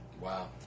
Wow